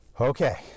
okay